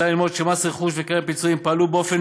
אפשר ללמוד שמס רכוש וקרן פיצויים פעלו באופן